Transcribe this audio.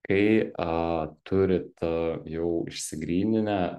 kai a turit jau išsigryninę